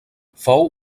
fou